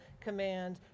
command